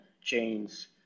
chains